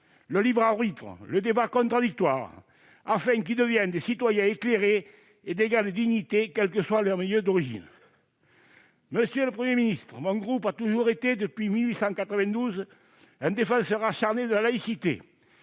le libre arbitre, le débat contradictoire, afin qu'ils deviennent des citoyens éclairés et d'égale dignité, quel que soit leur milieu d'origine. Mon groupe a toujours été, depuis 1892, un défenseur acharné de la laïcité